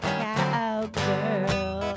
cowgirl